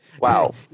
Wow